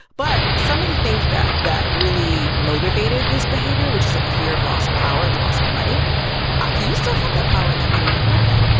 but some of the things that that really motivated this behavior, which is, like, a fear of loss of power and loss of money you still have that power and that money, and i want that.